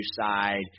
side